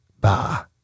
Bah